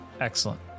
excellent